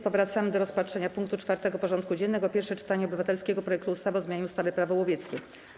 Powracamy do rozpatrzenia punktu 4. porządku dziennego: Pierwsze czytanie obywatelskiego projektu ustawy o zmianie ustawy - Prawo łowieckie.